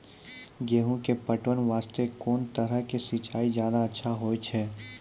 गेहूँ के पटवन वास्ते कोंन तरह के सिंचाई ज्यादा अच्छा होय छै?